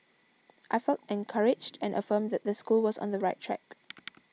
I felt encouraged and affirmed that the school was on the right track